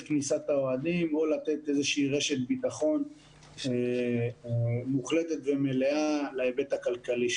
כניסת האוהדים או לתת רשת ביטחון מוחלטת ומלאה להיבט הכלכלי.